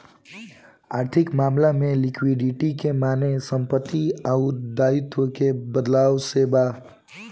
आर्थिक मामला में लिक्विडिटी के माने संपत्ति अउर दाईत्व के बदलाव से बा